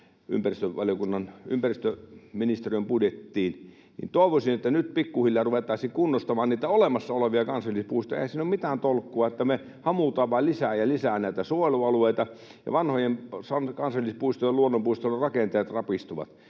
ympäristöministeriön budjettiin, niin nyt pikkuhiljaa ruvettaisiin kunnostamaan niitä olemassa olevia kansallispuistoja — sitä toivoisin. Eihän siinä ole mitään tolkkua, että me hamutaan vain lisää ja lisää näitä suojelualueita ja vanhojen kansallispuistojen ja luonnonpuistojen rakenteet rapistuvat.